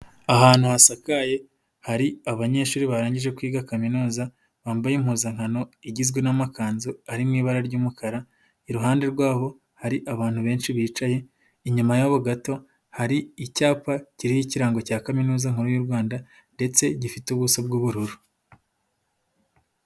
Ahantu hasakaye hari abanyeshuri barangije kwiga kaminuza bambaye impuzankano igizwe n'amakanzu ari mu ibara ry'umukara, iruhande rw'aho hari abantu benshi bicaye, inyuma y'aho gato hari icyapa kiriho ikirango cya Kaminuza nkuru y'u Rwanda ndetse gifite ubuso bw'ubururu.